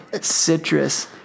citrus